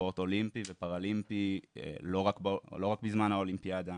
ספורט אולימפי ופאראלימפי לא רק בזמן האולימפיאדה.